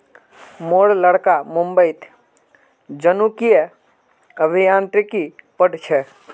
मोर लड़का मुंबईत जनुकीय अभियांत्रिकी पढ़ छ